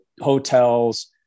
hotels